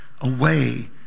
away